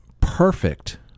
perfect